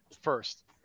first